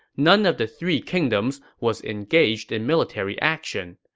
none of the three kingdoms was engaged in military action.